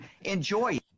enjoy